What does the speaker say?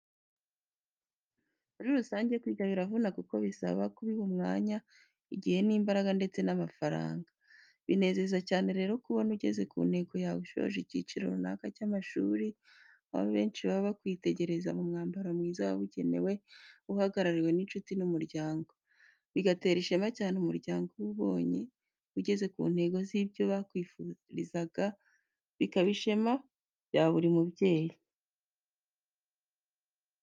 Muri rusange kwiga biravuna kuko bisaba kubiha umwanya, igihe n'imbaraga ndetse n'amafaranga. Binezeza cyane rero kubona ugeze ku ntego yawe usoje icyiciro runaka cy'amashuri, aho benshi baba bakwitegereza mu mwambaro mwiza wabugenewe ugaragiwe n'inshuti n'umuryango. Bigatera ishema cyane umuryango uba ubonye ugeze ku ntego z'ibyo bakwifurizaga bikaba ishema rya buri mubyeyi.